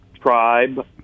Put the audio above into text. Tribe